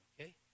Okay